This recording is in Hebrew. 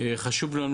תחקירים, חשוב לנו